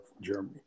Germany